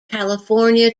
california